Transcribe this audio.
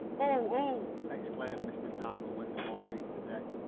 oh! oh! exclaimed mr. tarbill when the boy reached the deck.